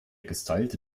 gestylte